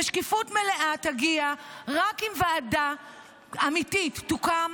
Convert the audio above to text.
ושקיפות מלאה תגיע רק אם ועדה אמיתית תוקם